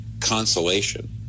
consolation